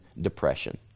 depression